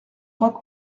trois